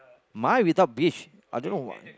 my without beach I don't know why